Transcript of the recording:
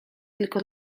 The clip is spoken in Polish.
tylko